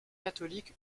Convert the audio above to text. catholique